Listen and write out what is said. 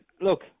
Look